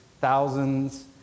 thousands